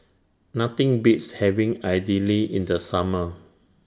Nothing Beats having Idili in The Summer